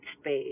space